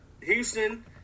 Houston